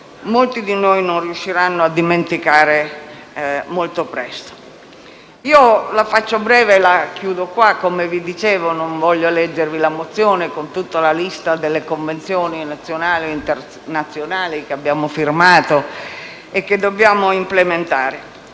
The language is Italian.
molti di noi non riusciranno a dimenticare molto presto. La faccio breve e chiudo, come vi dicevo. Non voglio leggervi la mozione con tutta la lista delle convenzioni nazionali e internazionali che abbiamo firmato e che dobbiamo implementare,